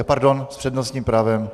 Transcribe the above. Pardon, s přednostním právem...